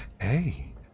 Hey